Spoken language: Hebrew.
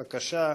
בבקשה.